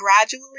gradually